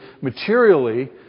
materially